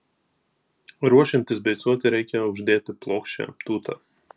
ruošiantis beicuoti reikia uždėti plokščią tūtą